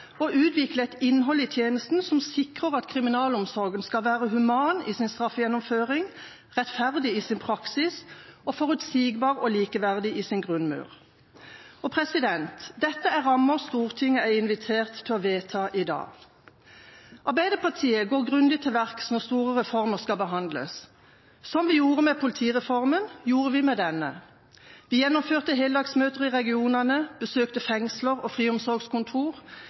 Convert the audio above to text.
og utvikle et innhold i tjenesten som sikrer at kriminalomsorgen er human i sin straffegjennomføring, rettferdig i sin praksis og forutsigbar og likeverdig i sin grunnmur. Og dette er rammer Stortinget er invitert til å vedta i dag. Arbeiderpartiet går grundig til verks når store reformer skal behandles. Som vi gjorde med politireformen, gjorde vi med denne: Vi gjennomførte heldagsmøter i regionene, besøkte fengsler og